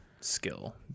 skill